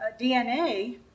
DNA